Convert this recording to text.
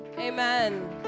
Amen